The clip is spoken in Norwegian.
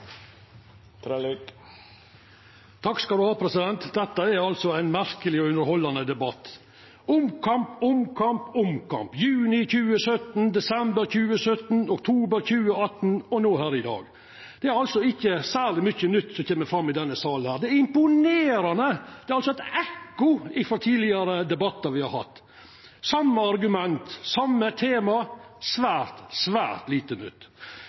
Dette er ein merkeleg og underhaldande debatt: omkamp, omkamp, omkamp – juni 2017, desember 2017, oktober 2018 og no her i dag. Det er ikkje særleg mykje nytt som kjem fram i denne salen. Det er imponerande. Det er eit ekko frå tidlegare debattar me har hatt: same argument, same tema – svært, svært lite nytt.